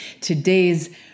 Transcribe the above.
Today's